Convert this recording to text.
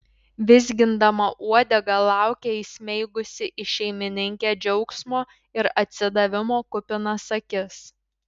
vizgindama uodegą laukė įsmeigusi į šeimininkę džiaugsmo ir atsidavimo kupinas akis